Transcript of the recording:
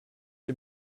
sie